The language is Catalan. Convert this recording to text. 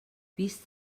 vist